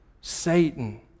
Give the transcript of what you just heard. Satan